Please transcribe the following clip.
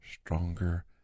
stronger